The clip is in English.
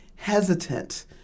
Hesitant